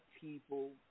people